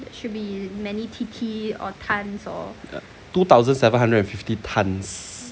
ya two thousand seven hundred and fifty tonnes